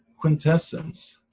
quintessence